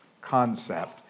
concept